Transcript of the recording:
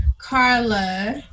Carla